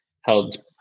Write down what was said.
held